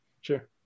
Sure